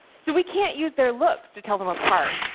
so we can't use their looks to tell them apart.